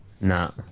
No